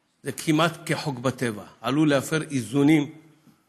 זה כמעט כחוק בטבע, הוא עלול להפר איזונים בטבע.